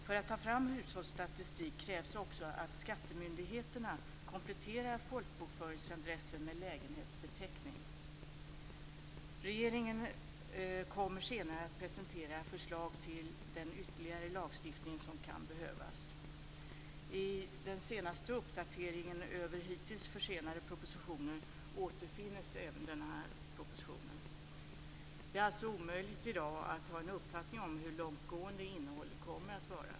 För att ta fram hushållsstatistik krävs också att skattemyndigheterna kompletterar folkbokföringsadressen med lägenhetsbeteckning. Regeringen kommer senare att presentera förslag till den ytterligare lagstiftning som kan behövas. I den senaste uppdateringen av hittills försenade propositioner återfinns även den här propositionen. Det är alltså omöjligt i dag att ha en uppfattning om hur långtgående innehållet kommer att vara.